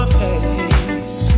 face